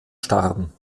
starben